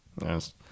Yes